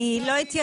תנו לתליין לענות.